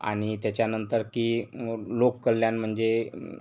आणि त्याच्यानंतर की मग लोककल्याण म्हणजे